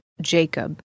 Jacob